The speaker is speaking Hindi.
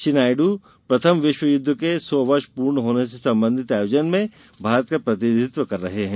श्री नायडू प्रथम विश्व युद्ध के सौ वर्ष पूरे होने से संबंधित आयोजन में भारत का प्रतिनिधित्व कर रहे है